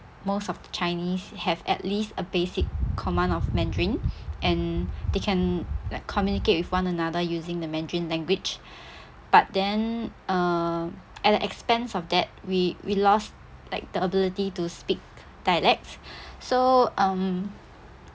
most of the chinese have at least a basic command of mandarin and they can like communicate with one another using the mandarin language but then uh at the expense of that we we lost like the ability to speak dialects so um